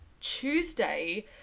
Tuesday